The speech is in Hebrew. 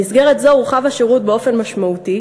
במסגרת זו הורחב השירות באופן משמעותי